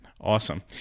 Awesome